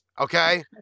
Okay